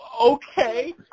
okay